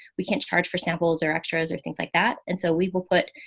we can't charge for samples or extras or things like that. and so we will put,